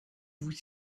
vous